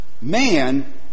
Man